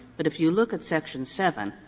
but if you look at section seven,